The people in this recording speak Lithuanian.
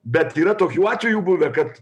bet yra tokių atvejų buvę kad